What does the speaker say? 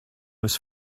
was